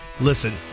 Listen